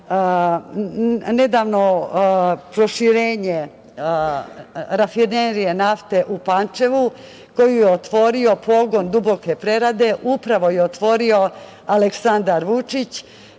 nedavno proširenje rafinerije nafte u Pančevu koju je otvorio pogon duboke prerade, upravo je otvorio Aleksandar Vučić,